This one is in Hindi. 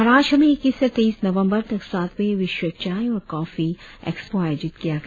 महाराष्ट्र में इक्कीस से तेईस नवंबर तक सातवें विश्व चाय और कॉफी एक्सपो आयोजित किया गया